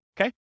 Okay